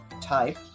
type